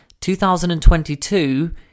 2022